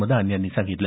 मदान यांनी सांगितलं